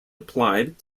applied